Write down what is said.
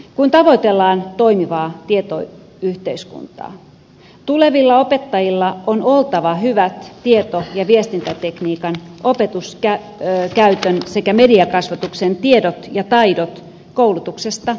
kun tavoitellaan toimivaa tietoyhteiskuntaa tulevilla opettajilla on oltava hyvät tieto ja viestintätekniikan opetuskäytön sekä mediakasvatuksen tiedot ja taidot koulutuksesta valmistuessaan